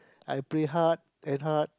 I pray hard and hard